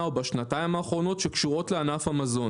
או בשנתיים האחרונות שקשורות לענף המזון?